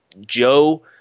Joe